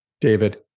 David